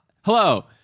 Hello